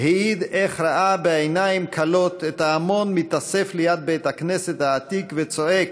העיד איך ראה בעיניים כלות את ההמון מתאסף ליד בית הכנסת העתיק וצועק: